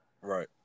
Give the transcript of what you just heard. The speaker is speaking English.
Right